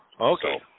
Okay